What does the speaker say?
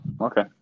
okay